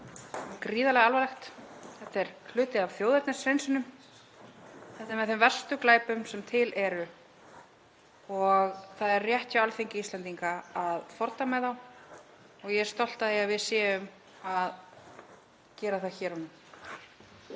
gríðarlega alvarlegt. Þetta er hluti af þjóðernishreinsunum. Þetta er með þeim verstu glæpum sem til eru. Það er rétt hjá Alþingi Íslendinga að fordæma þá og ég er stolt af því að við séum að gera það hér og